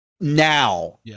now